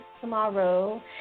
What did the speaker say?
tomorrow